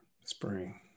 Spring